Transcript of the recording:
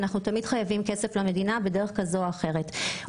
אנחנו תמיד חייבים כסף למדינה בדרך כזו או אחרת.